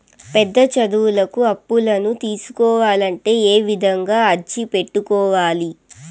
పెద్ద చదువులకు అప్పులను తీసుకోవాలంటే ఏ విధంగా అర్జీ పెట్టుకోవాలి?